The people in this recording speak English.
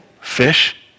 fish